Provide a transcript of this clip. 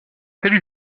telles